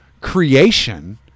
creation